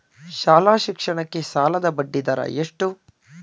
ಶಾಲಾ ಶಿಕ್ಷಣಕ್ಕೆ ಸಾಲದ ಬಡ್ಡಿದರ ಎಷ್ಟು?